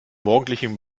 morgendlichen